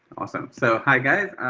awesome, so, hi guys.